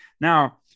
Now